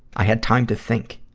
i had time to think.